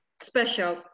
special